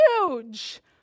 huge